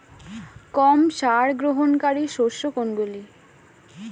কম সার গ্রহণকারী শস্য কোনগুলি?